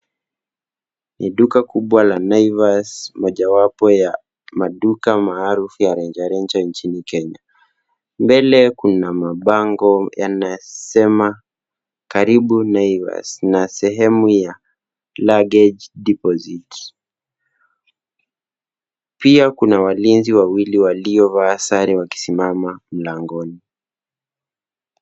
Ni duka kubwa la Naivas, mojawapo ya duka maarufu ya rejareja nchini Kenya. Mbele kuna mabango yanayosema karibu Naivas na sehemu ya luggage deposit pia kuna walinzi wawili waliovaa sare wakisimama mlangoni.